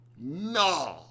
No